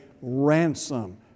ransom